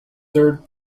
third